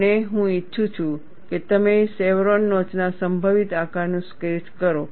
અને હું ઈચ્છું છું કે તમે શેવરોન નોચના સંભવિત આકારનું સ્કેચ કરો